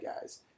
guys